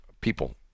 people